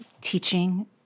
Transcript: teaching